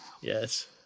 Yes